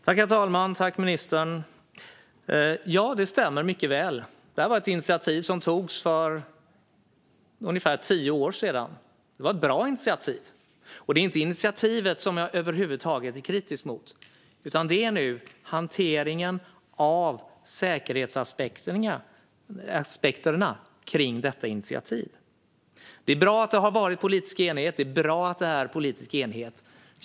Herr talman! Tack, ministern! Ja, det stämmer mycket väl att detta var ett initiativ som togs för ungefär tio år sedan. Det var ett bra initiativ. Och det är inte initiativet som jag över huvud taget är kritisk mot, utan det är hanteringen av säkerhetsaspekterna kring detta initiativ. Det är bra att det har varit och är politisk enighet.